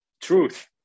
Truth